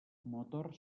motor